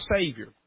Savior